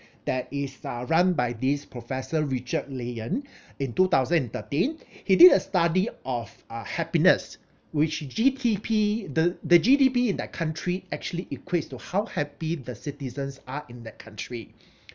that is uh run by this professor richard layard in two thousand and thirteen he did a study of uh happiness which G_T_P the the G_D_P in that country actually equates to how happy the citizens are in that country